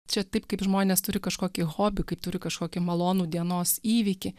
čia taip kaip žmonės turi kažkokį hobį kaip turi kažkokį malonų dienos įvykį